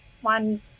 one